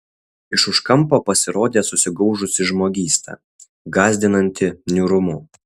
iš už kampo pasirodė susigaužusi žmogysta gąsdinanti niūrumu